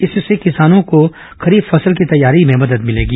इससे किसानों खरीफ फसल की तैयारी में मदद मिलेगी